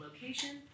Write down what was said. location